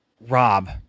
Rob